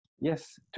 yes